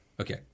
Okay